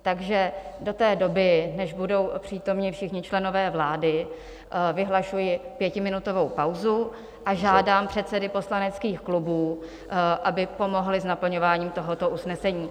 Takže do té doby, než budou přítomni všichni členové vlády, vyhlašuji pětiminutovou pauzu a žádám předsedy poslaneckých klubů, aby pomohli s naplňováním tohoto usnesení.